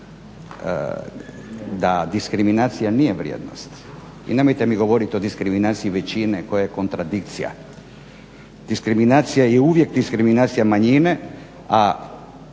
da diskriminacija nije vrijednost. I nemojte mi govoriti od diskriminaciji većine koje je kontradikcija. Diskriminacija je uvijek diskriminacija manjine, a